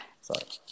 Sorry